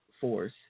force